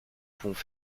pouvons